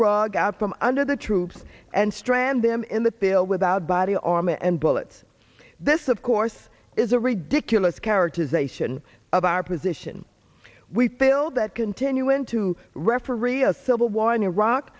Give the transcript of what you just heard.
rug out from under the troops and strand them in the pail without body armor and bullets this of course is a ridiculous characterization of our position we failed that continuing to referee a civil war in iraq